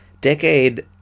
Decade